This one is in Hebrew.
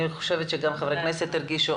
אני חושבת שגם חברי הכנסת הרגישו,